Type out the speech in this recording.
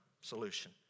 solution